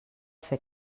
fer